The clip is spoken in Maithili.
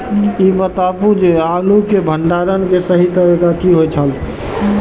ई बताऊ जे आलू के भंडारण के सही तरीका की होय छल?